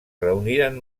reuniren